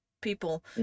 people